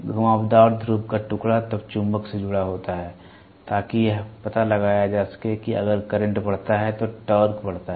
घुमावदार ध्रुव का टुकड़ा तब चुंबक से जुड़ा होता है ताकि यह पता लगाया जा सके कि अगर करंट बढ़ता है तो टॉर्क बढ़ता है